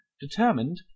determined